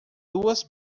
duas